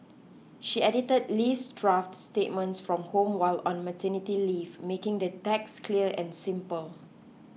she edited Lee's draft statements from home while on maternity leave making the text clear and simple